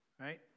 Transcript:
Right